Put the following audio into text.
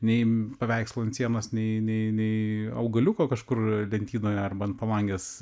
nei paveikslų ant sienos nei nei nei augaliuko kažkur lentynoje arba ant palangės